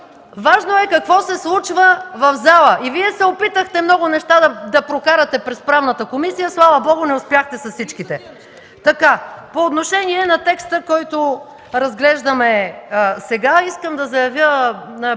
Важно е какво се случва в залата. И Вие се опитахте много неща да прокарате през Правната комисия, слава Богу – не успяхте с всичките. По отношение на текста, който разглеждаме сега. Искам да заявя принципната